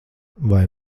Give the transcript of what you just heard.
vai